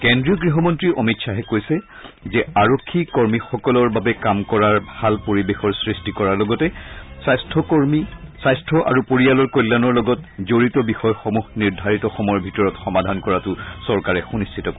কেন্দ্ৰীয় গৃহমন্ত্ৰী অমিত খাহে কৈছে যে আৰক্ষী কৰ্মীসকলৰ বাবে কাম কৰাৰ ভাল পৰিৱেশৰ সৃষ্টি কৰাৰ লগতে স্বাস্থ্য আৰু পৰিয়ালৰ কল্যাণৰ লগত জড়িত বিষয়সমূহ নিৰ্ধাৰিত সময়ৰ ভিতৰত সমাধান কৰাটো চৰকাৰে সুনিশ্চিত কৰিব